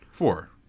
Four